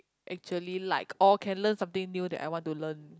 actually like or can learn something new that I want to learn